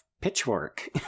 pitchfork